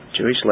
Jewish